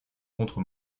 contre